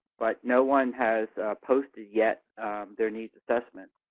but no one has posted yet their needs assessment.